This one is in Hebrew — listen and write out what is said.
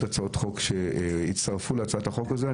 הצעות חוק שהצטרפו להצעת החוק הזאת.